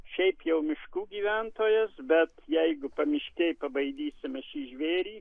šiaip jau miškų gyventojas bet jeigu pamiškėj pabaidysim mes šį žvėrį